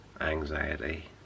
anxiety